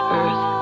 Earth